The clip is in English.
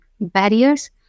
barriers